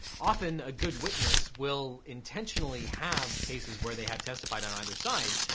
often, a good witness will intentionally have cases where they have testified on either side,